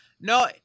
No